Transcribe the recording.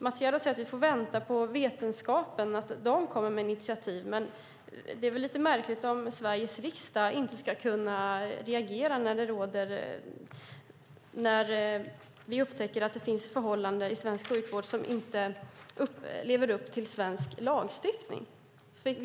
Mats Gerdau säger att vi får vänta på vetenskapen och att det är därifrån initiativen ska komma, men det är väl lite märkligt om Sveriges riksdag inte ska kunna reagera när vi upptäcker att det finns förhållanden i svensk sjukvård som inte lever upp till svensk lagstiftning!